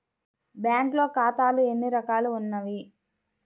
బ్యాంక్లో ఖాతాలు ఎన్ని రకాలు ఉన్నావి?